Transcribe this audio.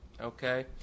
okay